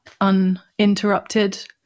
uninterrupted